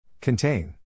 Contain